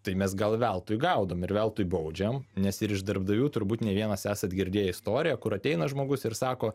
tai mes gal veltui gaudom ir veltui baudžiam nes ir iš darbdavių turbūt ne vienas esat girdėję istoriją kur ateina žmogus ir sako